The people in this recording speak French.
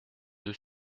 deux